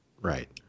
right